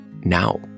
now